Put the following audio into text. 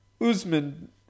Usman